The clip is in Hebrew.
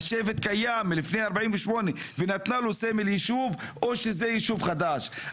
השבט קיים מלפני 48' והיא נתנה לו סמל יישוב או שזה יישוב חדש,